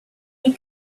you